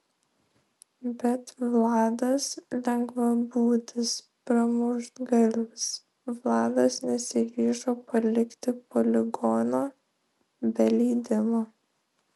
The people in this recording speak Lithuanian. bet vladas lengvabūdis pramuštgalvis vladas nesiryžo palikti poligono be leidimo